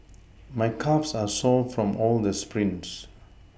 my calves are sore from all the sprints